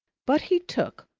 but he took,